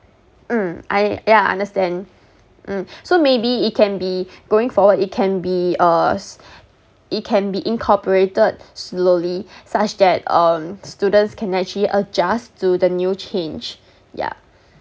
mm I yeah I understand mm so maybe it can be going forward it can be uh s~ it can be incorporated slowly such at um students can actually adjust to the new change yeah